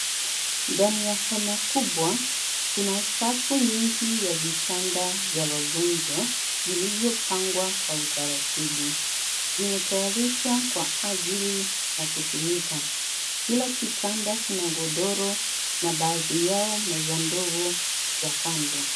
Ndani ya hema kubwa kuna safu nyingi ya vitanda vya wagonjwa vilivyo pangwa kwa utaratibu. Vimetayarishwa kwa ajili ya kutumika. Kila kitanda kina godoro na baadhi yao meza ndogo za kando.